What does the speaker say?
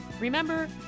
Remember